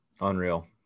Unreal